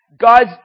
God's